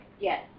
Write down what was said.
Yes